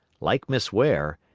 like miss ware,